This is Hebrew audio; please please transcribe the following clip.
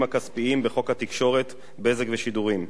הכספיים בחוק התקשורת (בזק ושידורים).